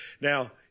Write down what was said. Now